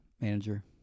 manager